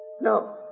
No